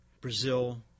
Brazil